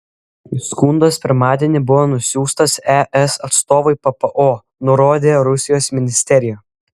skundas pirmadienį buvo nusiųstas es atstovui ppo nurodė rusijos ministerija